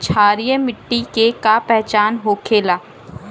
क्षारीय मिट्टी के का पहचान होखेला?